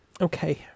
Okay